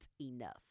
enough